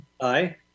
Aye